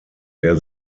der